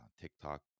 TikTok